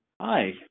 Hi